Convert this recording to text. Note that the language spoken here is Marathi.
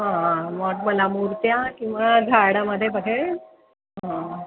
हां मग मला मूर्त्या किंवा झाडामध्ये बघा हे